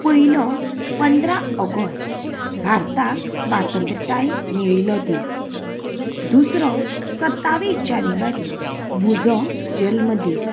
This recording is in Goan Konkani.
पयलो पंदरा ऑगस्ट भारताक स्वातंत्राय मेळिल्लो दीस दुसरो सत्तावीस जानेवारी म्हुजो जल्म दीस